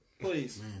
Please